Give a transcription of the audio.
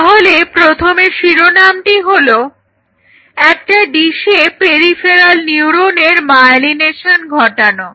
তাহলে প্রথমে শিরোনামটি হলো একটা ডিসে পেরিফেরাল নিউরনের মায়েলিনেশন ঘটানো